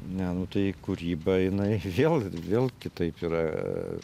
ne nu tai kūryba jinai vėl vėl kitaip yra